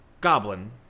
goblin